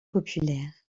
populaire